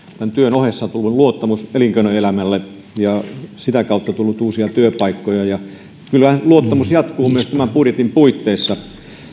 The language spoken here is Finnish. tämän työn ohessa on tullut luottamus elinkeinoelämälle ja sitä kautta on tullut uusia työpaikkoja kyllä luottamus jatkuu myös tämän budjetin puitteissa